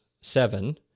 Seven